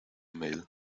mail